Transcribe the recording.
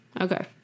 Okay